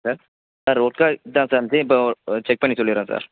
sir sir work ஆகிட்டு தான் sir இருந்துச்சு இப்போ செக் பண்ணி சொல்லிடுறேன் சார்